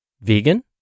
vegan